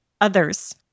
others